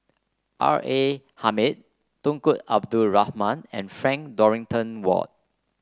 R A Hamid Tunku Abdul Rahman and Frank Dorrington Ward